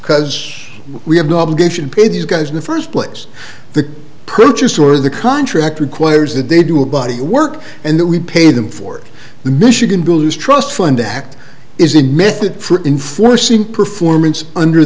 because we have no obligation to pay these guys in the first place the purchase or the contract requires that they do a body work and that we pay them for the michigan builders trust fund act is in method for enforcing performance under